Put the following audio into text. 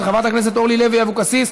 של חברת הכנסת אורלי לוי אבקסיס.